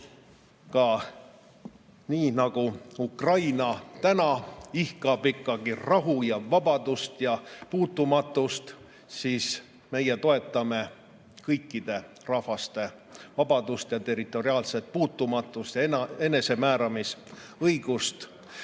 Nii nagu Ukraina täna ihkab ikkagi rahu, vabadust ja puutumatust, toetame meie kõikide rahvaste vabadust, territoriaalset puutumatust ja enesemääramisõigust.